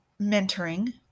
mentoring